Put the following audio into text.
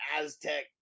Aztec